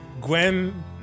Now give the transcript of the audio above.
Gwen